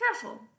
careful